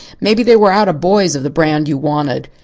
maybe they were out of boys of the brand you wanted.